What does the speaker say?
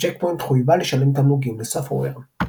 וצ'ק פוינט חויבה לשלם תמלוגים ל-Sofaware.